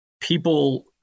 people